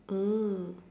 mm